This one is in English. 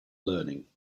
learning